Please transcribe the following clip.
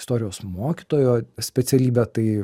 istorijos mokytojo specialybę tai